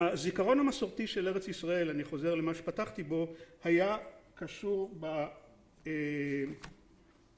הזיכרון המסורתי של ארץ ישראל, אני חוזר למה שפתחתי, בו היה קשור ב...